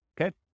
Okay